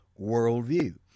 worldview